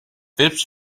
phipps